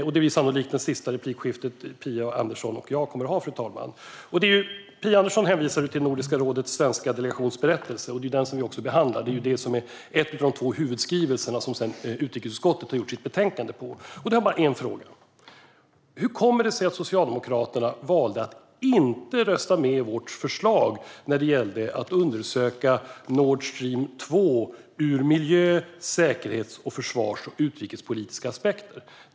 Detta blir sannolikt det sista replikskifte Phia Andersson och jag kommer att ha, fru talman. Phia Andersson hänvisade till Nordiska rådets svenska delegations berättelse, och det är också den som vi behandlar. Det är den som är en av de två huvudskrivelser som sedan utrikesutskottet har baserat sitt betänkande på. Jag har bara en fråga: Hur kommer det sig att Socialdemokraterna valde att inte rösta för vårt förslag när det gällde att undersöka Nord Stream 2 ur miljö-, säkerhets-, försvars och utrikespolitiska aspekter?